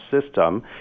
system